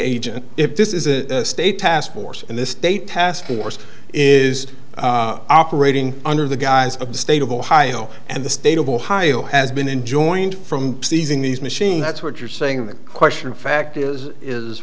agent if this is a state task force in this state task force is operating under the guise of the state of ohio and the state of ohio has been enjoined from seizing these machine that's what you're saying the question in fact is is